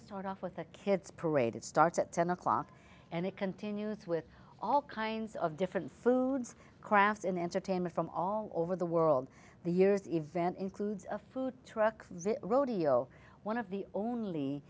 to start off with a kids parade it starts at ten o'clock and it continues with all kinds of different foods crafts in entertainment from all over the world the year's event includes a food truck visit rodeo one of the only